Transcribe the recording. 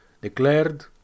declared